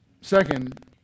Second